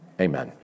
Amen